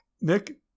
Nick